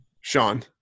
Sean